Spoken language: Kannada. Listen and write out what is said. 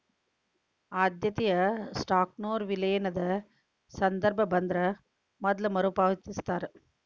ಆದ್ಯತೆಯ ಸ್ಟಾಕ್ನೊರ ವಿಲೇನದ ಸಂದರ್ಭ ಬಂದ್ರ ಮೊದ್ಲ ಮರುಪಾವತಿಸ್ತಾರ